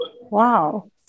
Wow